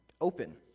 open